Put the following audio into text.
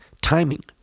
Timing